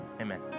Amen